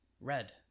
Red